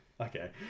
Okay